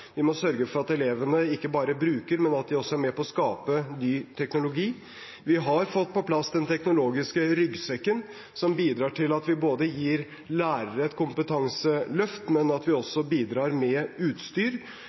Vi må sørge for at elevene ikke bare bruker, men også er med på å skape ny teknologi. Vi har fått på plass den teknologiske skolesekken, som bidrar til at vi både gir lærere et kompetanseløft og bidrar med utstyr. Ikke minst bidrar vi